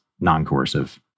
non-coercive